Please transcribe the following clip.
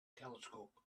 telescope